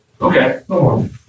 Okay